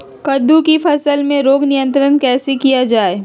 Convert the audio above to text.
कददु की फसल में रोग नियंत्रण कैसे किया जाए?